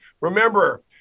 remember